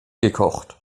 gekocht